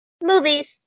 movies